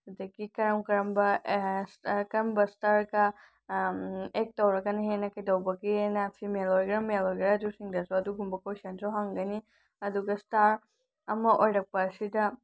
ꯑꯗꯒꯤ ꯀꯔꯝ ꯀꯔꯝꯕ ꯀꯔꯝꯕ ꯏꯁꯇꯥꯔꯒ ꯑꯦꯛ ꯇꯧꯔꯒꯅ ꯍꯦꯟꯅ ꯀꯩꯗꯧꯕꯒꯦꯅ ꯐꯤꯃꯦꯜ ꯑꯣꯏꯒꯦꯔ ꯃꯦꯜ ꯑꯣꯏꯒꯦꯔ ꯑꯗꯨꯁꯤꯡꯗꯁꯨ ꯑꯗꯨꯒꯨꯝꯕ ꯀꯣꯏꯁꯟꯁꯨ ꯍꯪꯒꯅꯤ ꯑꯗꯨꯒ ꯏꯁꯇꯥꯔ ꯑꯃ ꯑꯣꯏꯔꯛꯄ ꯑꯁꯤꯗ